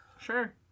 Sure